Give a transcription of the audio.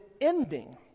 ending